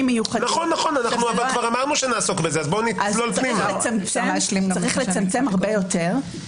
זה לב ליבה של ההצעה של חבר הכנסת קרויזר.